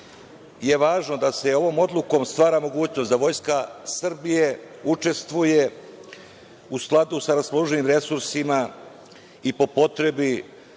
važno je da se ovom odlukom stvara mogućnost da Vojska Srbije učestvuje u skladu sa raspoloživim resursima i po potrebi